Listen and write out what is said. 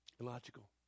Illogical